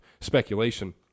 speculation